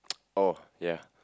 oh ya